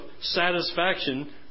satisfaction